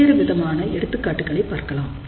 பல்வேறுவிதமான எடுத்துக்காட்டுகளை பார்க்கலாம்